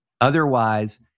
Otherwise